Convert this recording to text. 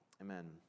amen